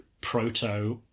proto